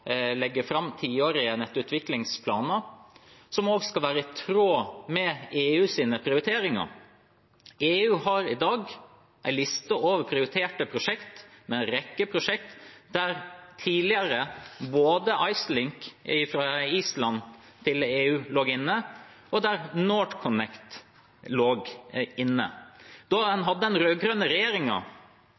legge fram tiårige nettutviklingsplaner, som også skal være i tråd med EUs prioriteringer. EU har i dag en liste over prioriterte prosjekt, en rekke prosjekt der tidligere både IceLink, fra Island til EU, og NorthConnect lå inne. Da vi hadde den